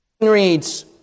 reads